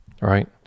right